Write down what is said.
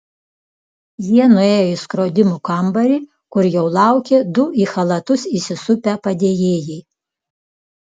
jie nuėjo į skrodimų kambarį kur jau laukė du į chalatus įsisupę padėjėjai